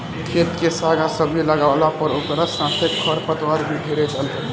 खेत में साग आ सब्जी लागावला पर ओकरा साथे खर पतवार भी ढेरे जाम जाला